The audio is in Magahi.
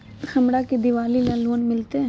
हमरा के दिवाली ला लोन मिलते?